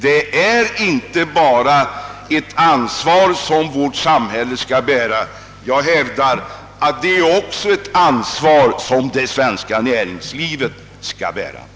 Det är inte bara samhället som bär ansvaret härvidlag — jag hävdar att även det svenska näringslivets ansvar är stort.